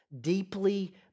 Deeply